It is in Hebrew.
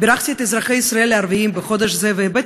בירכתי את אזרחי ישראל הערבים על חודש זה והבעתי